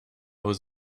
was